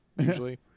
usually